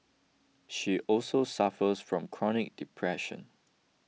she also suffers from chronic depression